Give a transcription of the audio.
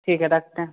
ठीक हैं रखते हैं